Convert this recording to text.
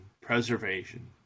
preservation